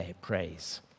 praise